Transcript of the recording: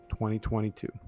2022